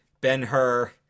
Ben-Hur